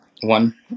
one